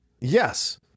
yes